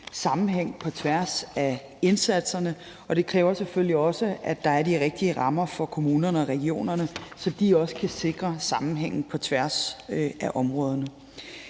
sammenhæng på tværs af indsatserne, og det kræver selvfølgelig også, at der er de rigtige rammer for kommunerne og regionerne, så de også kan sikre sammenhæng på tværs af områderne.